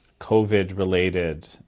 COVID-related